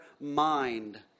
mind